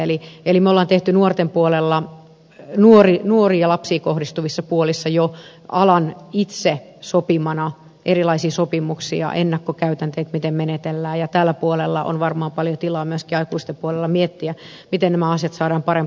eli me olemme tehneet nuorten puolella nuoriin ja lapsiin kohdistuvissa tapauksissa jo alan itse sopimana erilaisia sopimuksia ennakkokäytänteitä miten menetellään ja täällä puolella on varmaan paljon tilaa myöskin aikuisten puolella miettiä miten nämä asiat saadaan parempaan kuntoon